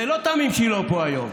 זה לא תמים שהיא לא פה היום.